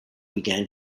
began